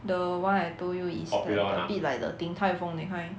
the one I told you is a bit like the Din Tai Fung that kind